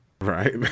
right